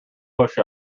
push